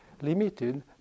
limited